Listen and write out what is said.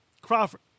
Crawford